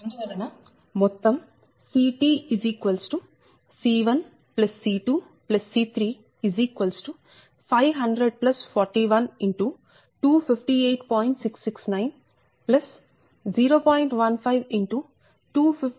అందువలన మొత్తం CT C1 C2 C3 500 41 x 258